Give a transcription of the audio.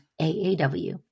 AAW